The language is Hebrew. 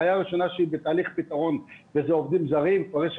בעיה ראשונה שהיא בתהליך פתרון, זה עובדים זרים.